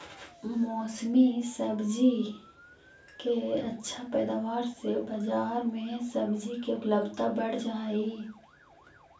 मौसमी सब्जि के अच्छा पैदावार से बजार में सब्जि के उपलब्धता बढ़ जा हई